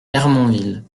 hermonville